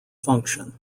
function